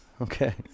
Okay